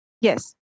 Yes